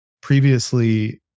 previously